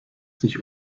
sich